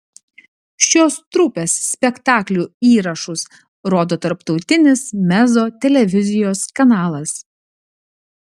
šios trupės spektaklių įrašus rodo tarptautinis mezzo televizijos kanalas